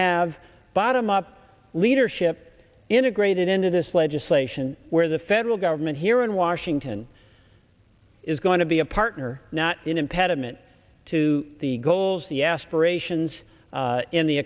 have a bottom up leadership integrated into this legislation where the federal government here in washington is going to be a partner not an impediment to the goals the aspirations in the